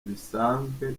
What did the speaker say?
bisanzwe